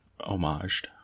homaged